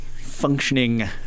functioning